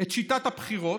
את שיטת הבחירות,